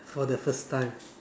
for the first time